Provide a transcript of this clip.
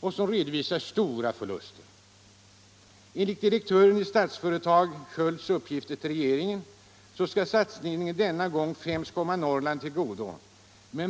och som redovisar stora förluster. Enligt verkställande direktörens i Statsföretag, Per Sköld, uppgifter till regeringen skall satsningen denna gång främst komma Norrland till godo.